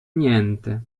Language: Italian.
niente